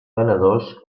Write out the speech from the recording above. venedors